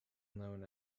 known